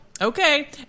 Okay